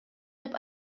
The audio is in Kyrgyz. деп